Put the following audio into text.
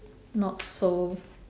not so